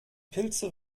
pilze